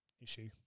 issue